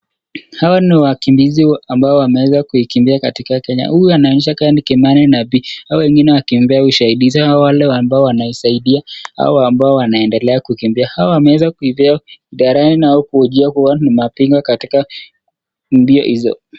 Hawa ni wakimbizi ambao wameweza kuikimbia katika Kenya. Huyu anaonyesha kama ni Kimani na B. Hawa wengine wakimbia ushahidi. Sawa wale ambao wanasaidia. Hawa ambao wanaendelea kukimbia. Hawa wameweza kuivaa idarani au kuhojiwa kuwa ni mapinga katika mbio hizo.